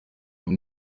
iyi